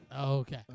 Okay